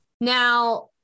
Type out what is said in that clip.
now